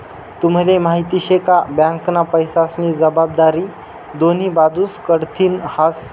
तुम्हले माहिती शे का? बँकना पैसास्नी जबाबदारी दोन्ही बाजूस कडथीन हास